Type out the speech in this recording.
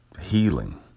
Healing